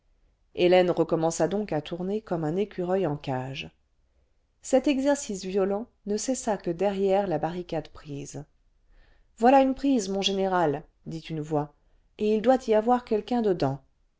hélène recommença donc à tourner comme un écureuil en cage cet exercice violent ne cessa que derrière la barricade prise voilà une prise mon général dit mie voix et il doit y avoir quelqu'un dedans